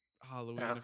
Halloween